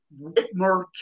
Whitmer